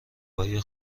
های